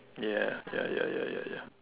ya ya ya ya ya ya